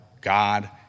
God